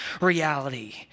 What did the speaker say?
reality